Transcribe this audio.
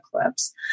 eclipse